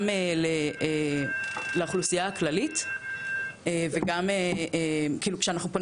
גם לאוכלוסייה הכללית וגם כאילו כשאנחנו פונים